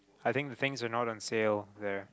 I think the things are not on sale there